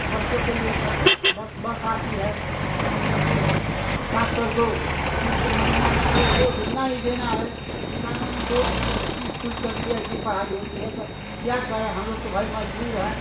बच्चों को लेकर बस बस आती है आठ सौ दो सात सौ दो फिर ये महिना में चल दो देना ही देना है किसानन को ऐसी इस्कूल चलती है ऐसिए पढ़ाई होती है त क्या करें हम लोग तो भाई मजबूर हैं